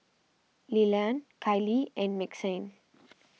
Lilian Kylee and Maxine